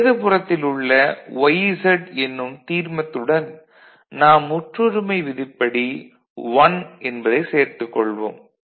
இடதுபுறத்தில் உள்ள yz என்னும் தீர்மத்துடன் நாம் முற்றொருமை விதிப்படி 1 என்பதைச் சேர்த்துக் கொள்வோம்